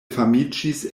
famiĝis